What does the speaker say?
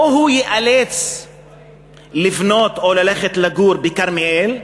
או שהוא ייאלץ לבנות או ללכת לגור בכרמיאל,